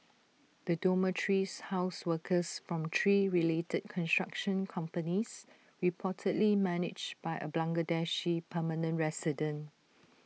the dormitories housed workers from three related construction companies reportedly managed by A Bangladeshi permanent resident